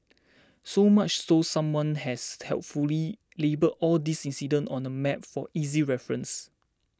so much so someone has helpfully labelled all these incidents on a map for easy reference